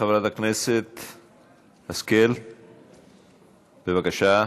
חברת הכנסת השכל, בבקשה.